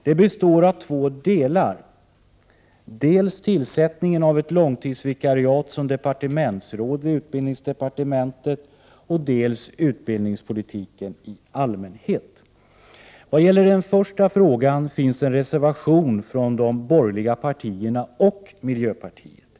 Det består av två delar: dels tillsättningen av ett långtidsvikariat som departementsråd vid utbildningsdepartementet, dels utnämningspolitiken i allmänhet. Vad gäller den första frågan finns en reservation från de borgerliga partierna och miljöpartiet.